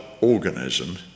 organism